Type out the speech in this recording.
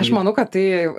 aš manau kad tai